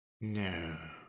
No